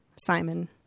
Simon